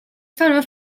famós